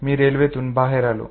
मी रेल्वेमधून बाहेर आलो